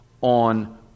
on